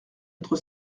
autre